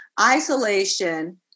isolation